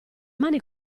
mani